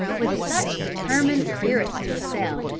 with such determined spirits to assail,